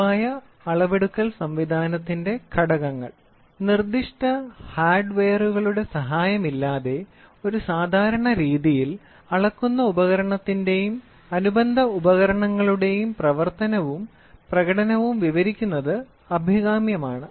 പൊതുവായ അളവെടുക്കൽ സംവിധാനത്തിന്റെ ഘടകങ്ങൾ നിർദ്ദിഷ്ട ഹാർഡ്വെയറുകളുടെ സഹായമില്ലാതെ ഒരു സാധാരണ രീതിയിൽ അളക്കുന്ന ഉപകരണത്തിന്റെയും അനുബന്ധ ഉപകരണങ്ങളുടെയും പ്രവർത്തനവും പ്രകടനവും വിവരിക്കുന്നത് അഭികാമ്യമാണ്